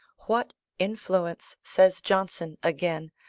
what influence, says johnson again,